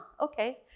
okay